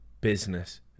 business